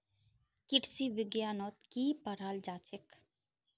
कृषि विज्ञानत की पढ़ाल जाछेक